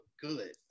good